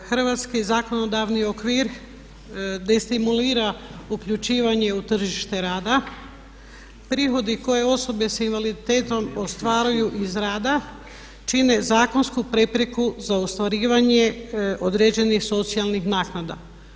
Hrvatski zakonodavni okvir destimulira uključivanje u tržište rada, prihodi koje osobe sa invaliditetom ostvaruju iz rada čine zakonsku prepreku za ostvarivanje određenih socijalnih naknada.